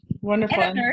Wonderful